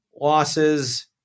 losses